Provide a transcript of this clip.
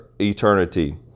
eternity